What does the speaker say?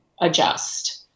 adjust